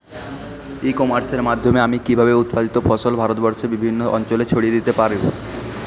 ই কমার্সের মাধ্যমে আমি কিভাবে উৎপাদিত ফসল ভারতবর্ষে বিভিন্ন অঞ্চলে ছড়িয়ে দিতে পারো?